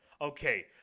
Okay